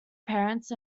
parents